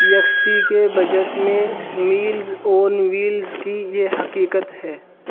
یکسی کے بجٹ میں meals on wheels کی یہ حقیقت ہے